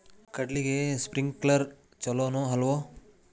ಕಡ್ಲಿಗೆ ಸ್ಪ್ರಿಂಕ್ಲರ್ ಛಲೋನೋ ಅಲ್ವೋ?